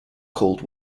cold